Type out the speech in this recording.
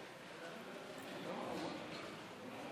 כך מדינה מתנהלת עם